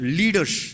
leaders